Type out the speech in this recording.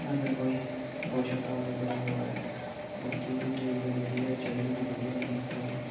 अगर कोई रोशनदान बनाना होऐ ते उ'त्थें बी ड्रिल जेह्ड़ी ऐ चाहि्दी जरूरी होंदी कोई